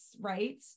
right